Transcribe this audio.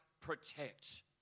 protect